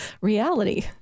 reality